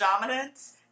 dominance